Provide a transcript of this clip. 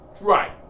Right